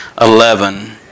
eleven